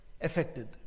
affected